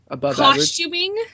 costuming